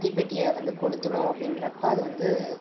தீப்பெட்டியை வந்து கொளுத்தினோம் அப்படின்றப்ப அது வந்து